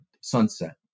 sunset